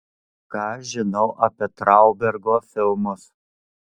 ką žinau apie traubergo filmus